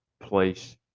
place